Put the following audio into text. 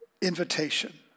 invitation